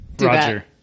roger